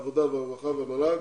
העבודה והרווחה והמל"ג